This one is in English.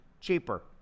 cheaper